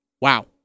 Wow